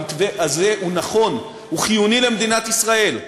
המתווה הזה הוא נכון, הוא חיוני למדינת ישראל,